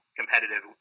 competitive